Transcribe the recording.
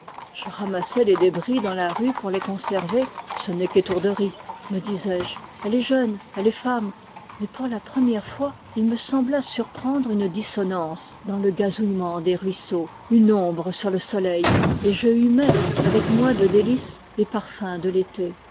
je ramassai les débris dans la rue pour les conserver ce n'est qu'étourderie me disais-je elle est jeune elle est femme mais pour la première fois il me sembla surprendre une dissonance dans le gazouillement des ruisseaux une ombre sur le soleil et je humai avec moins de délices les parfums de l'été